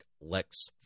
lex